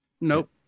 nope